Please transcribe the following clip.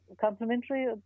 complimentary